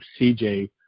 CJ